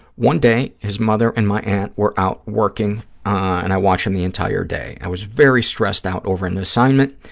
one day, his mother and my aunt were out working and i watched him the entire day. i was very stressed out over an assignment,